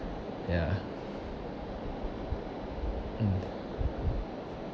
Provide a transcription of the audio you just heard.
ya mm